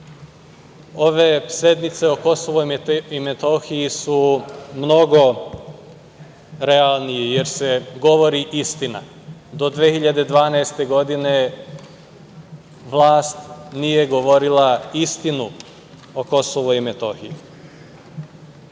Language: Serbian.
ove sednice o Kosovu i Metohiji su mnogo realnije jer se govori istina. Do 2012. godine vlast nije govorila istinu o Kosovu i Metohiji. Vi